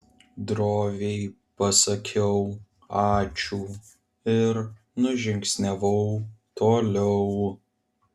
droviai pasakiau ačiū ir nužingsniavau toliau